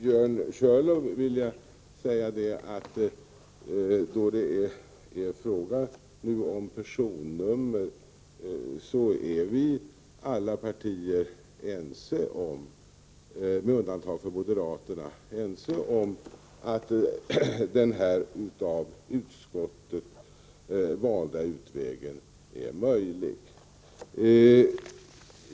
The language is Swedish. Herr talman! Till Björn Körlof vill jag säga att när det gäller personnumren är vi från alla partier — med undantag för moderaterna — ense om att den av utskottet valda utvägen är möjlig.